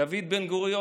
דוד בן-גוריון,